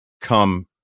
come